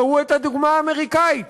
ראו את הדוגמה האמריקנית,